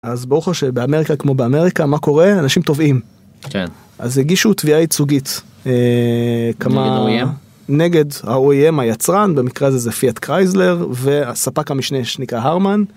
אז ברור לך שבאמריקה כמו באמריקה מה קורה אנשים תובעים, כן אז הגישו תביעה ייצוגית כמה נגד ה O.E.M. היצרן במקרה הזה זה פיאט קרייזלר וספק המשנה שנקרא הרמן.